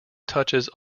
touches